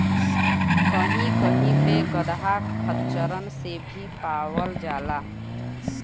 कही कही पे गदहा खच्चरन से भी पावल जाला